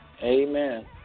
amen